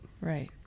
Right